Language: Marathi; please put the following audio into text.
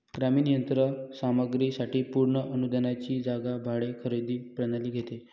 ग्रामीण यंत्र सामग्री साठी पूर्ण अनुदानाची जागा भाडे खरेदी प्रणाली घेते